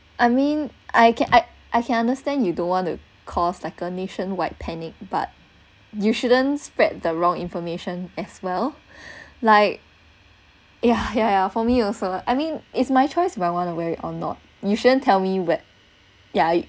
I mean I can I I can understand you don't want to cause like a nationwide panic but you shouldn't spread the wrong information as well like ya ya ya for me also I mean it's my choice if I want to wear it or not you shouldn't tell me where ya